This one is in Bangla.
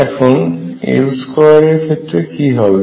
এখন L2 ক্ষেত্রে কি হবে